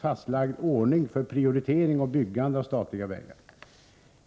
fastlagd ordning för prioritering och byggande av statliga vägar.